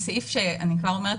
אני כבר אומרת,